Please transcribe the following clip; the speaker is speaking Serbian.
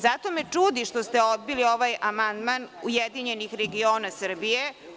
Zato me čudi što ste odbili ovaj amandman URS.